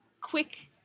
quick